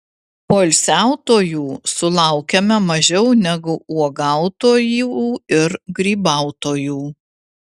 poilsiautojų sulaukiame mažiau negu uogautojų ir grybautojų